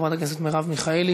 חברת הכנסת מרב מיכאלי,